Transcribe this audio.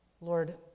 Lord